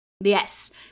Yes